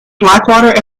blackwater